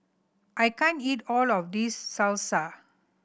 I can't eat all of this Salsa